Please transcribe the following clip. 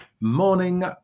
Morning